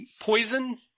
poison